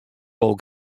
wol